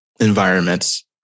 environments